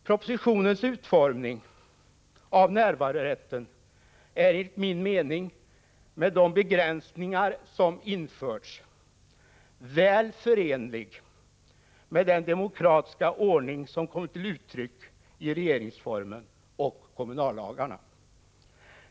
Propositionens utformning av närvarorätten är enligt min mening, med de begränsningar som införts, väl förenlig med den demokratiska ordning som kommit till uttryck i regeringsformen och kommunallagarna.